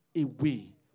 away